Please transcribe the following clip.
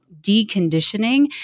deconditioning